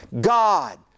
God